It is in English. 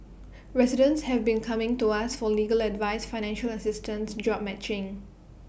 residents have been coming to us for legal advice financial assistance job matching